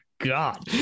God